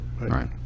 Right